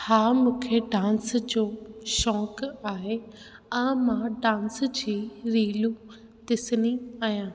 हा मूंखे डांस जो शौक़ु आहे ऐं मां डांस जी रीलूं ॾिसंदी आहियां